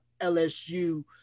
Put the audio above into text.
LSU